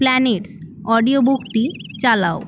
planets audio বুকটি চালাও